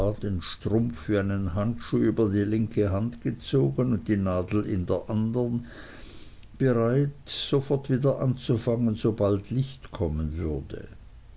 den strumpf wie einen handschuh über die linke hand gezogen und die nadel in der andern bereit sofort wieder anzufangen sobald licht kommen würde